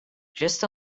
just